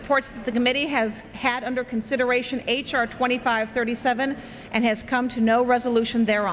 reports the committee has had under consideration h r twenty five thirty seven and has come to no resolution the